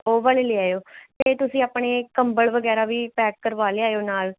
ਉਹ ਵਾਲ਼ੇ ਲੈ ਆਇਓ ਅਤੇ ਤੁਸੀਂ ਆਪਣੇ ਕੰਬਲ ਵਗੈਰਾ ਵੀ ਪੈਕ ਕਰਵਾ ਲਿਆਇਓ ਨਾਲ਼